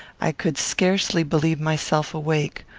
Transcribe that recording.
i could scarcely believe myself awake,